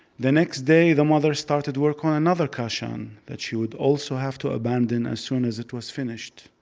the next day the mother started work on another kashan that she would also have to abandon as soon as it was finished.